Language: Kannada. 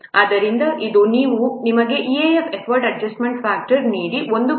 ಆದ್ದರಿಂದ ಇದು ನೀವು ನಿಮಗೆ EAF ಎಫರ್ಟ್ ಅಡ್ಜಸ್ಟ್ಮೆಂಟ್ ಫ್ಯಾಕ್ಟರ್ ನೀಡಿ ಇದು 1